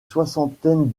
soixantaine